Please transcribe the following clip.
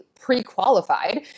pre-qualified